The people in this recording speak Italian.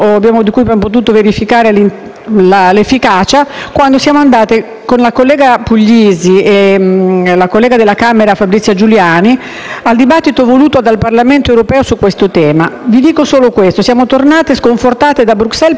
al dibattito voluto dal Parlamento europeo su questo tema. Vi dico solo questo: stiamo tornate sconfortate da Bruxelles per le resistenze dei Paesi dell'Est, in *primis* della Polonia, a ratificare la Convenzione.